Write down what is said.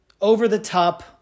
over-the-top